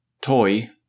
toy